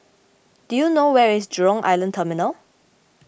do you know where is Jurong Island Terminal